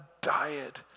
diet